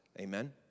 Amen